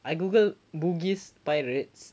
I googled bugis pirates